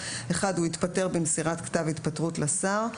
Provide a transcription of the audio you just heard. (1)הוא התפטר במסירת כתב התפטרות לשר,